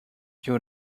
you